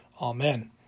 Amen